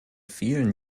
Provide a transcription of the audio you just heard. vielen